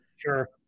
Sure